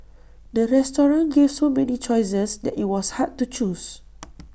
the restaurant gave so many choices that IT was hard to choose